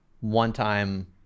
one-time